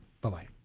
Bye-bye